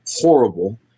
horrible